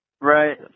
Right